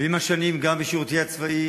ועם השנים, גם בשירותי הצבאי,